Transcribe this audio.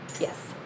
Yes